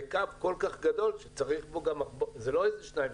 זה קו כל-כך גדול שצריך זה לא שניים,